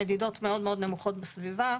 המדידות מאוד מאוד נמוכות בסביבה,